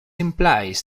implies